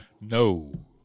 No